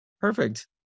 Perfect